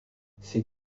ses